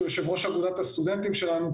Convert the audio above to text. שהוא יושב-ראש אגודת הסטודנטים שלנו,